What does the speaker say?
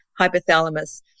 hypothalamus